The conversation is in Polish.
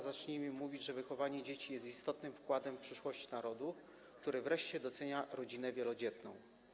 Zacznijmy mówić, że wychowanie dzieci jest istotnym wkładem w przyszłość narodu, który wreszcie docenia rodziny wielodzietne.